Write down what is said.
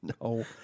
No